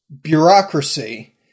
Bureaucracy